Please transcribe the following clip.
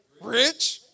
rich